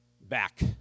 back